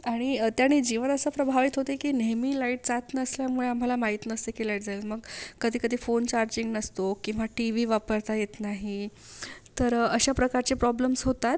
आणि त्यांनी जीवन असं प्रभावित होते की नेहमी लाईट जात नसल्यामुळे आम्हाला माहीत नसतं की लाईट जाईल मग कधी कधी फोन चार्जिंग नसतो किंवा टीव्ही वापरता येत नाही तर अशा प्रकारचे प्रॉब्लेम्स होतात